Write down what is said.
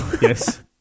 Yes